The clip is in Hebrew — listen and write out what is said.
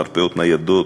מרפאות ניידות,